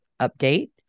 Update